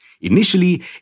Initially